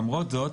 למרות זאת,